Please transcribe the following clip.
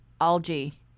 algae